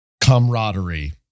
camaraderie